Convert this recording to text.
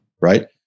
right